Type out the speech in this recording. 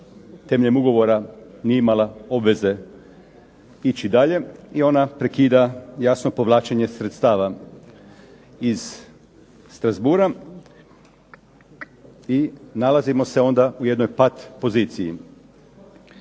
temeljem ugovora nije imala obveze ići dalje i ona prekida jasno, povlačenje sredstava iz Strassbourga i nalazimo se onda u jednoj pat poziciji.